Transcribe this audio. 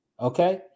okay